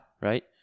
Right